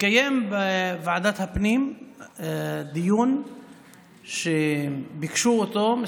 יתקיים בוועדת הפנים דיון שביקשו כמה